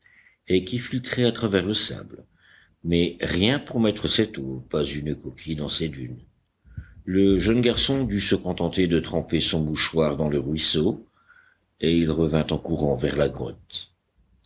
et qui filtrait à travers le sable mais rien pour mettre cette eau pas une coquille dans ces dunes le jeune garçon dut se contenter de tremper son mouchoir dans le ruisseau et il revint en courant vers la grotte